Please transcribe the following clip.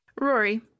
Rory